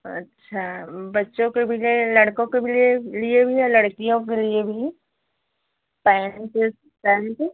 अच्छा बच्चों के भी लड़कों के भी लिए लिए भी और लड़कियों के लिए भी पैन्ट सल्ट